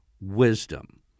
wisdom